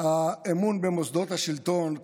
האמון במוסדות השלטון,